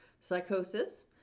psychosis